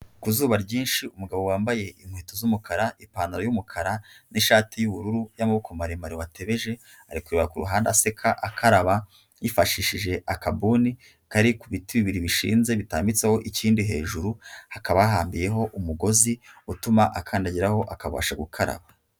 Ku zuba ryinshi umugabo wambaye inkweto z'umukara, ipantalo y'umukara n'ishati y'ubururu y'amaboko maremare watebeje ari kureba ku ruhande aseka akaraba yifashishije akabuni kari ku biti bibiri bishinze bitambitseho ikindi hejuru, hakaba hahambiyeho umugozi utuma akandagiraho akabasha gukaraba.